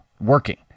working